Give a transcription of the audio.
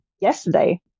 yesterday